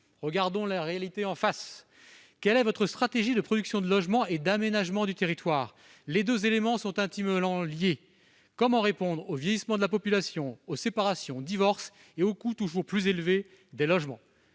Regardons la réalité en face : quelle est votre stratégie de production de logements et d'aménagement du territoire ? Ces deux éléments sont en effet intimement liés : comment répondre au vieillissement de la population, aux séparations, aux divorces et aux coûts toujours plus élevés des logements ?